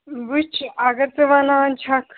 وٕچھ اگر ژٕ وَنان چھکھ